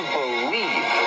believe